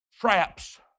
traps